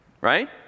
Right